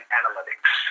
analytics